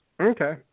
Okay